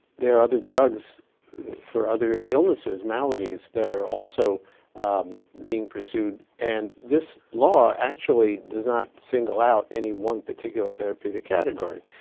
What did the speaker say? there are other drugs for other illnesses, maladies, that are also being pursued. and this law actually does not single out any one particular therapeutic category.